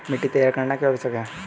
मिट्टी तैयार करना क्यों आवश्यक है?